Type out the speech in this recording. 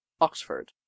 Oxford